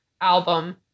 album